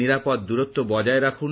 নিরাপদ দূরত্ব বজায় রাখুন